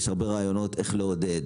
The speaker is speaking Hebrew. יש הרבה רעיונות איך לעודד,